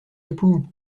époux